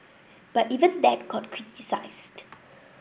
but even that got criticised